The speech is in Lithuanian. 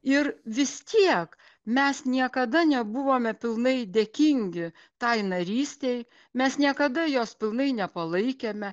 ir vis tiek mes niekada nebuvome pilnai dėkingi tai narystei mes niekada jos pilnai nepalaikėme